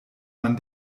man